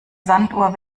sanduhr